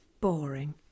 boring